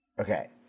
Okay